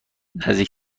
نزدیک